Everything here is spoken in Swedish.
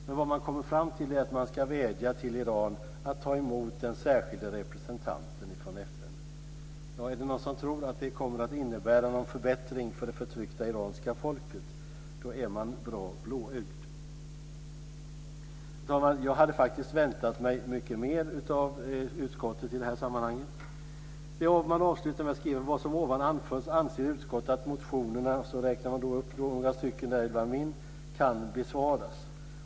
Men vad man kommer fram till är att man ska vädja till Iran att ta emot den särskilde representanten från FN. Är det någon som tror att det kommer att innebära någon förbättring för det förtryckta iranska folket? Då är man bra blåögd. Herr talman! Jag hade faktiskt väntat mig mycket mer av utskottet i det här sammanhanget. Man avslutar med att skriva: "Med vad som ovan anförts anser utskottet att motionerna ..."- man räknar upp några stycken, däribland min - "kan besvaras."